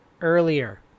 earlier